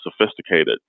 sophisticated